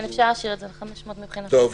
אפשר להשאיר את זה על 500 גם מבחינתנו.